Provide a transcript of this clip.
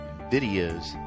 videos